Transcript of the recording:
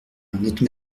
notre